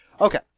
Okay